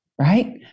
right